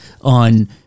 on